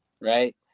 right